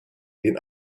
den